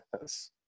Yes